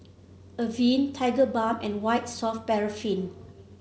Avene Tigerbalm and White Soft Paraffin